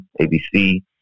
ABC